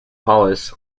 hollis